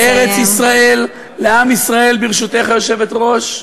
שארץ-ישראל לעם ישראל, ברשותך, היושבת-ראש,